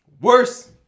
Worse